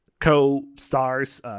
co-stars